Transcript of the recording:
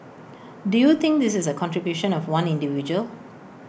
do you think this is the contribution of one individual